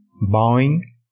Bowing